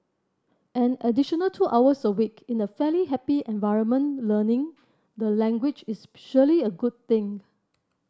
an additional two hours a week in a fairly happy environment learning the language is surely a good thing